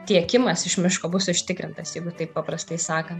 tiekimas iš miško bus užtikrintas jeigu taip paprastai sakant